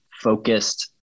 focused